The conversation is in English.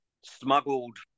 smuggled